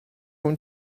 اون